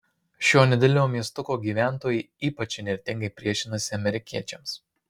šio nedidelio miestuko gyventojai ypač įnirtingai priešinasi amerikiečiams